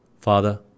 Father